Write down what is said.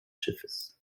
schiffes